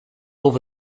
over